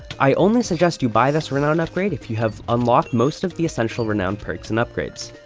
i only suggest you buy this renown upgrade if you have unlocked most of the essential renown perks and upgrades.